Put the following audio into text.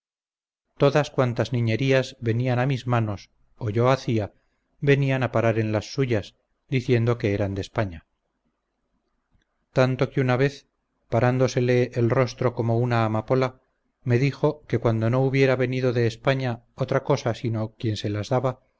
todas cuantas niñerías venían a mis manos o yo hacia venían a parar en las suyas diciendo que eran de españa tanto que una vez parándosele el rostro como una amapola me dijo que cuando no hubiera venido de españa otra cosa sino quien se las daba